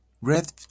Red